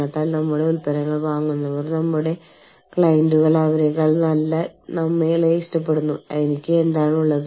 അതിനാൽ വിദേശത്തേക്ക് പോകുന്ന ഓരോ ജീവനക്കാരനെയും കുറിച്ചുള്ള വിവരങ്ങളുടെ അടിസ്ഥാനത്തിൽ അവർ പരസ്പരം തുല്യരായിരിക്കണം